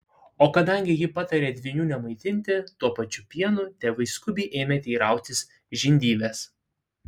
o kadangi ji patarė dvynių nemaitinti tuo pačiu pienu tėvai skubiai ėmė teirautis žindyvės